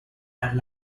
and